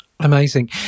Amazing